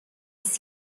است